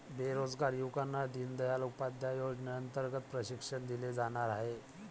बेरोजगार युवकांना दीनदयाल उपाध्याय योजनेअंतर्गत प्रशिक्षण दिले जाणार आहे